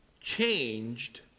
changed